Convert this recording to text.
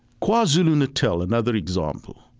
kwazulu-natal, another example,